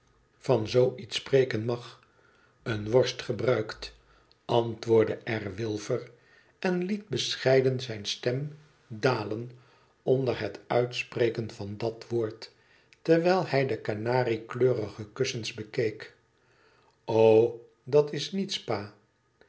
van zoo iets spreken niag wat worst gebruikt antwoordde r wilfer en het bescheiden zijne stem dalen onder het uitspreken van dat woord terwijl hij de kanariekleurige kussens bekeek o dat is niets pa